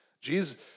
Jesus